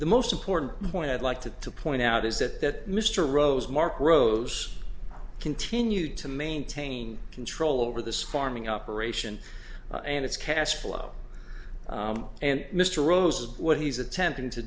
the most important point i'd like to to point out is that mr rose mark rose continued to maintain control over this farming operation and its cash flow and mr rose what he's attempting to